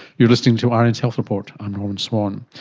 you're listening to rn's health report, i'm norman swan.